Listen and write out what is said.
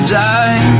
die